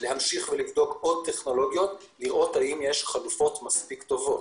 צריך להמשיך לבדוק עוד טכנולוגיות ולראות אם יש חלופות מספיק טובות.